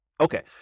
Okay